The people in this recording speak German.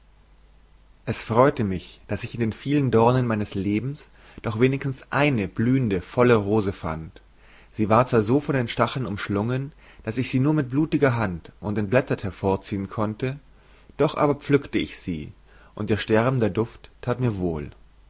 es freut mich daß ich in den vielen dornen meines lebens doch wenigstens eine blühende volle rose fand sie war zwar so von den stacheln umschlungen daß ich sie nur mit blutiger hand und entblättert hervorziehen konnte doch aber pflükte ich sie und ihr sterbender duft that mir wohl